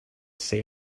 say